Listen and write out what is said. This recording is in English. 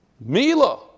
Mila